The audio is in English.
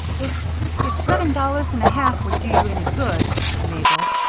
if if seven dollars and a half would do you any good, said mabel,